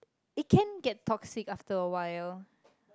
it can get toxic after a while